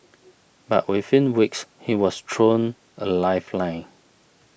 but within weeks he was thrown a lifeline